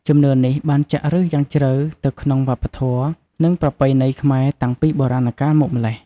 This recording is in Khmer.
ជំនឿនេះបានចាក់ឫសយ៉ាងជ្រៅទៅក្នុងវប្បធម៌ និងប្រពៃណីខ្មែរតាំងពីបុរាណកាលមកម្ល៉េះ។